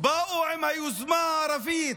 באו עם היוזמה הערבית